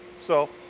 so,